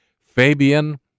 Fabian